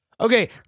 Okay